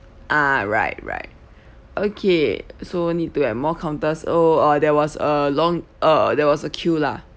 ah right right okay so need to have more counters oh uh there was a long uh there was a queue lah